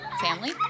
family